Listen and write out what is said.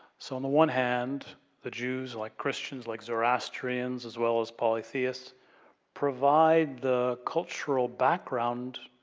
so, on the one hand the jews like christians, like zoroastrians, as well as polytheists provide the cultural background,